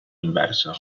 inversa